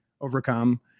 overcome